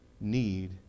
need